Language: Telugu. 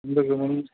ముందుకు ము